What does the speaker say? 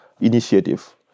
initiative